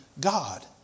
God